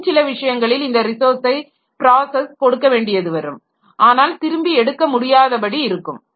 இன்னும் சில விஷயங்களில் இந்த ரிஸாேர்ஸை பிராசஸ் கொடுக்க வேண்டியது வரும் ஆனால் திருப்பி எடுக்க முடியாத படி இருக்கும்